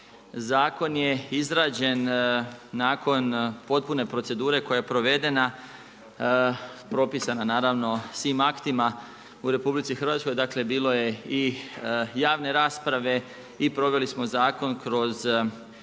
Zakon je izrađen nakon potpune procedure koja je provedena, propisana, naravno, svim aktima u RH, dakle bilo je i javne rasprave i proveli smo zakon kroz